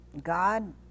God